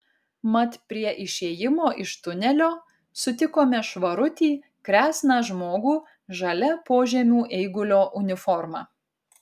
mat prie išėjimo iš tunelio sutikome švarutį kresną žmogų žalia požemių eigulio uniforma